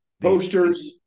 posters